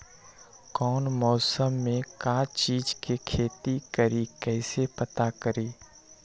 कौन मौसम में का चीज़ के खेती करी कईसे पता करी?